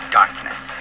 darkness